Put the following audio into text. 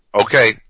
Okay